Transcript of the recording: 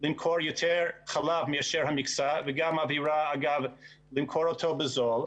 למכור יותר חלב מאשר המכסה ואגב זו גם עבירה למכור אותו בזול,